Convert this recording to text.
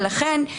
ולכן,